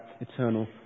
eternal